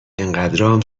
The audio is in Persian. انقدرام